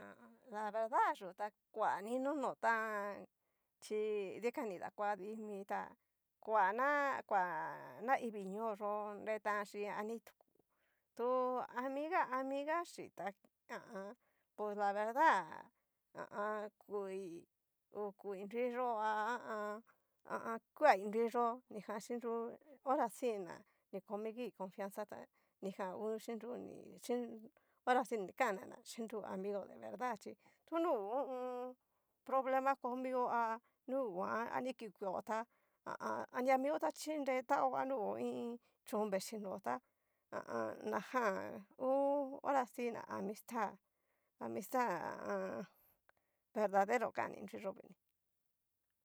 La verdad yu ta koa ni notan chí dikan ni dakoa dii mi tá, koana koa naivii, ñoo yo ne tan chin ani tuku tu amiga amiga xhí tá ha a an. pus ta verdad ha a an. kui uu kui nruiyó ha a an. kuai nruiyo ohra si que ña ni jan ngu ni komi ngi confianza, ta nigan ngu xhiru ni xhi orasi na ni kanna xhinru amigo, deverdad chí tu nru hu hu u un. iin problema komio há nuguan a ni kikueo tá ha a an anria mio tá chinre tao a nru u iin chon vechí no tá najan ngu horasi que na amistad, amistad ha a an. verdadero kan ni nruiyo viní.